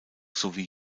sowie